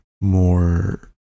more